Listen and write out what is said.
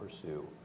pursue